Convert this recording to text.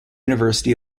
university